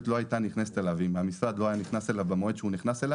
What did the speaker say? לא היו נכנסים אליו במועד שבו נכנסנו,